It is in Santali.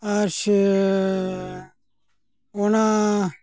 ᱟᱨ ᱥᱮᱻ ᱚᱱᱟ